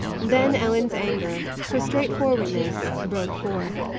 then ellen's anger, her straightforwardness, broke forth.